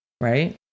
right